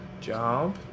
job